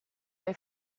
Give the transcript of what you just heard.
they